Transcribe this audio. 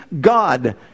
God